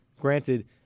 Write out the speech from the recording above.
granted